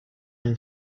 and